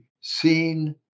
seen